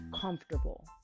comfortable